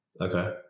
Okay